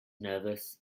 nervous